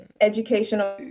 educational